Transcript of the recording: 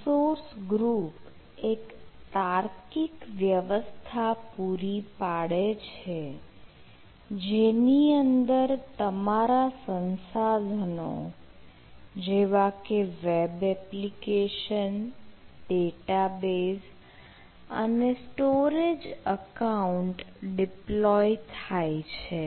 resource group એક તાર્કિક વ્યવસ્થા પૂરી પાડે છે જેની અંદર તમારા સંસાધનો જેવા કે વેબ એપ્લિકેશન ડેટાબેઝ અને સ્ટોરેજ એકાઉન્ટ ડિપ્લોય થાય છે